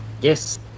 Yes